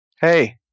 Hey